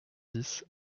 dix